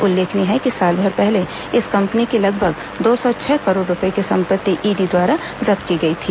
उल्लेखनीय है कि सालभर पहले इस कंपनी की लगभग दो सौ छह करोड़ रूपये की संपत्ति ईडी द्वारा जब्त की गई थी